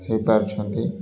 ହେଇପାରୁଛନ୍ତି